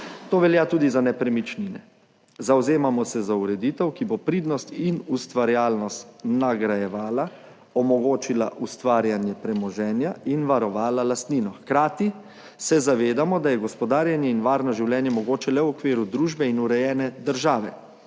To velja tudi za nepremičnine. Zavzemamo se, za ureditev, ki bo pridnost in ustvarjalnost nagrajevala, omogočila ustvarjanje premoženja in varovala lastnino, hkrati se zavedamo, da je gospodarjenje in varno življenje mogoče le v okviru družbe in urejene države.